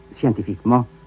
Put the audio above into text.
scientifiquement